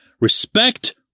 Respect